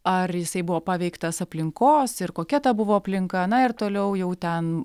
ar jisai buvo paveiktas aplinkos ir kokia ta buvo aplinka na ir toliau jau ten